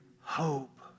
hope